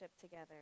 together